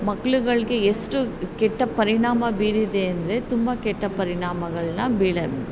ಮಕ್ಳುಗಳಿಗೆ ಎಷ್ಟು ಕೆಟ್ಟ ಪರಿಣಾಮ ಬೀರಿದೆ ಅಂದರೆ ತುಂಬ ಕೆಟ್ಟ ಪರಿಣಾಮಗಳನ್ನ ಬೀರೈ